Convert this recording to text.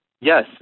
Yes